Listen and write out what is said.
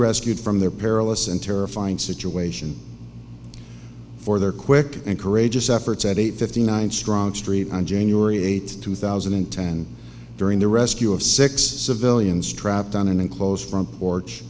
rescued from their perilous and terrifying situation for their quick and courageous efforts at eight fifty nine strong street on january eighth two thousand and ten during the rescue of six civilians trapped on an enclosed front porch